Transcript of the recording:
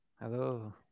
Hello